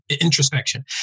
introspection